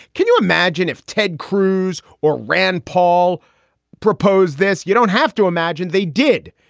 can you imagine if ted cruz or rand paul propose this? you don't have to imagine. they did.